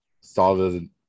solid